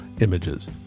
images